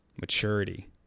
maturity